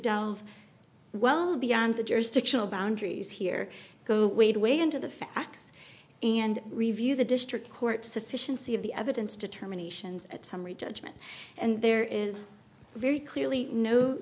delve well beyond the jurisdictional boundaries here go wade way into the facts and review the district court sufficiency of the evidence determinations at summary judgment and there is very clearly no